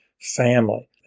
family